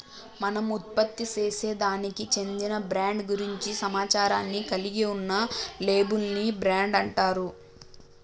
మనం ఉత్పత్తిసేసే దానికి చెందిన బ్రాండ్ గురించి సమాచారాన్ని కలిగి ఉన్న లేబుల్ ని బ్రాండ్ అంటారు